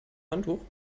handtuch